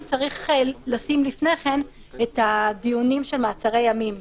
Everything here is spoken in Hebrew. צריך לשים לפני כן את הדיונים של מעצרי ימים,